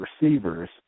receivers